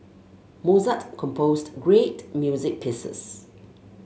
Mozart composed great music pieces